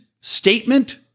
statement